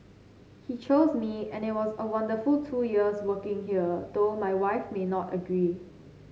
he chose me and it was a wonderful two years working here though my wife may not agree